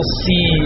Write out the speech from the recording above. see